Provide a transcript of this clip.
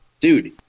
dude